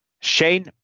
Shane